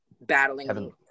battling